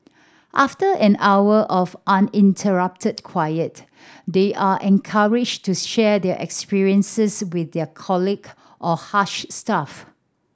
after an hour of uninterrupted quiet they are encouraged to share their experiences with their colleague or Hush staff